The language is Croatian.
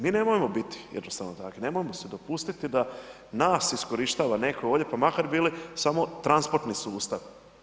Mi nemojmo biti jednostavno takvi, nemojmo si dopustiti da nas iskorištava neko ovdje pa makar bili samo transportni sustav.